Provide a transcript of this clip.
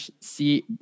see